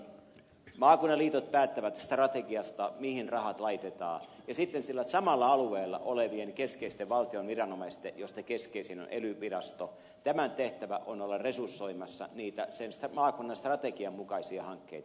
maakuntien liitot päättävät strategiasta mihin rahat laitetaan ja sitten sillä samalla alueella olevien keskeisten valtion viranomaisten joista keskeisin on ely virasto tehtävä on olla resursoimassa niitä maakunnan strategian mukaisia hankkeita